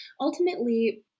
ultimately